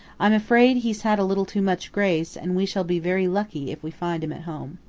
i'm afraid he's had a little too much grace, and we shall be very lucky if we find him at home.